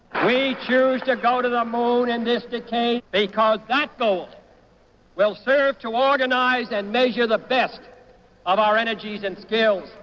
we choose to go to the moon in this decade because that goal will serve to organise and measure the best of our energies and skills,